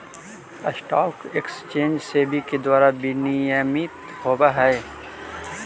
stock exchange SEBI के द्वारा विनियमित होवऽ हइ